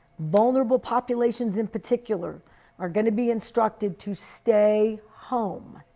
vulnerable populations in particular are going to be instructed to stay home.